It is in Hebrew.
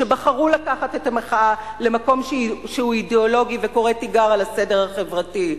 שבחרו לקחת את המחאה למקום שהוא אידיאולוגי וקורא תיגר על הסדר החברתי,